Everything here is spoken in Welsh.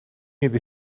iddi